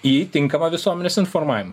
į tinkamą visuomenės informavimą